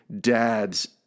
dads